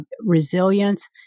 resilience